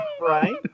Right